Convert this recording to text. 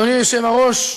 אדוני היושב-ראש,